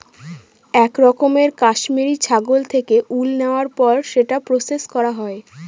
এক রকমের কাশ্মিরী ছাগল থেকে উল নেওয়ার পর সেটা প্রসেস করা হয়